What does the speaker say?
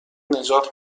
نجات